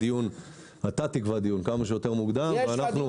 אתה תקבע דיון כמה שיותר מוקדם ואנחנו נבוא.